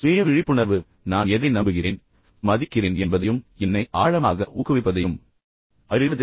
சுய விழிப்புணர்வு நான் எதை நம்புகிறேன் மற்றும் மதிக்கிறேன் என்பதையும் என்னை ஆழமாக ஊக்குவிப்பதையும் அறிவது